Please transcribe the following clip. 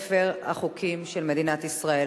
לספר החוקים של מדינת ישראל.